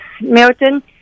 Milton